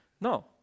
No